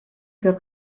für